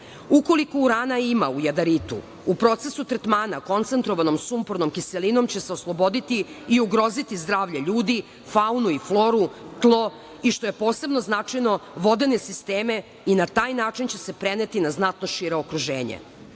Ukoliko urana ima u jadaritu, u procesu tretmana koncentrovanom sumpornom kiselinom će se osloboditi i ugroziti zdravlje ljudi, faunu i floru, tlo i što je posebno značajno – vodene sisteme i na taj način će se preneti na znatno šire okruženje. Zaključuje